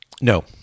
No